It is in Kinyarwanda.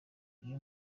iyo